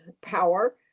power